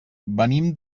venim